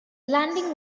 landing